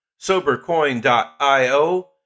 SoberCoin.io